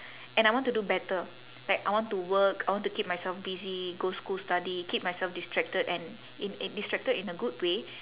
and I want to do better like I want to work I want to keep myself busy go school study keep myself distracted and in in distracted in a good way